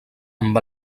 amb